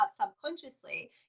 subconsciously